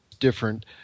different